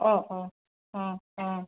অঁ অঁ অঁ অঁ